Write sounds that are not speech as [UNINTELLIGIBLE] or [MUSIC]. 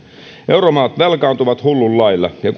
euromaat velkaantuvat hullun lailla ja [UNINTELLIGIBLE]